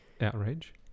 Outrage